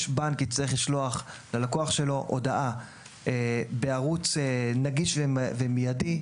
בנק יצטרך לשלוח ללקוח שלו הודעה בערוץ נגיש ומיידי,